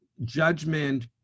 judgment